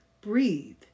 breathe